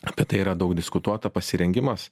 apie tai yra daug diskutuota pasirengimas